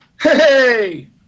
Hey